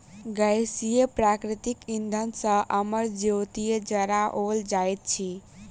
गैसीय प्राकृतिक इंधन सॅ अमर ज्योति जराओल जाइत अछि